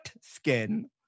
skin